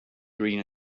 green